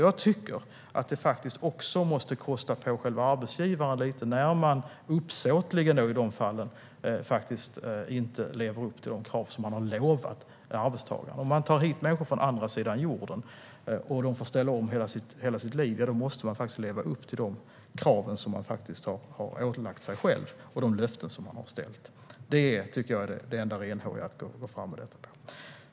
Jag tycker att det måste kosta för arbetsgivaren när man uppsåtligen inte lever upp till de krav som arbetstagaren har utlovats. Om en arbetsgivare tar hit människor från andra sidan jorden som får ställa om hela sitt liv, ja, då måste man leva upp till de krav som man har ålagt sig själv och de löften som man har utställt. Det är det enda renhåriga, tycker jag.